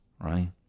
right